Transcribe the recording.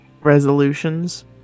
resolutions